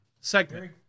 segment